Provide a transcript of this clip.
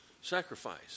sacrifice